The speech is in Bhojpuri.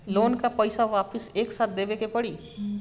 लोन का पईसा वापिस एक साथ देबेके पड़ी?